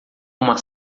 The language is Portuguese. uma